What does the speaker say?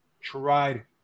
tried